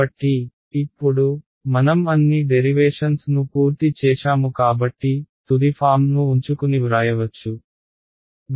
కాబట్టి ఇప్పుడు మనం అన్ని డెరివేషన్స్ ను పూర్తి చేశాము కాబట్టి తుది ఫారమ్ ను ఉంచుకుని వ్రాయవచ్చు